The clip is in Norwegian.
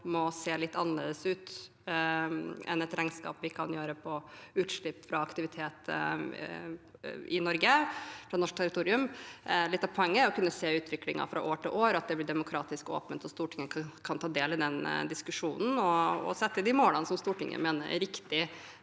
må se litt annerledes ut enn et regnskap på utslipp fra aktivitet i Norge, på norsk territorium – er å kunne se utviklingen fra år til år, at det blir demokratisk åpent, og at Stortinget kan ta del i den diskusjonen og sette de målene som Stortinget mener er riktige.